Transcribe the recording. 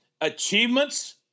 achievements